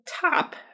top